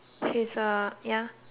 ya is the same